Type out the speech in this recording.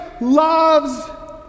loves